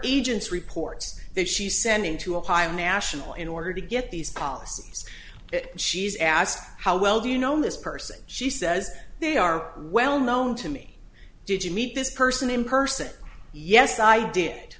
agent's reports that she sending to ohio national in order to get these policies she's asked how well do you know this person she says they are well known to me did you meet this person in person yes i did